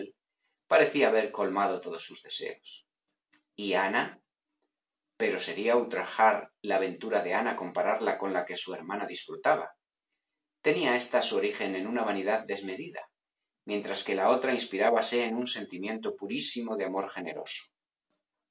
parecía haber colmado todos sus deseos y ana pero sería ultrajar la ventura de ana compararla con la que su hermana disfrutaba tenía ésta su origen en una vanidad desmedida mientras que la otra inspirábase en un sentimiento purísimo de amor generoso